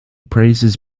praises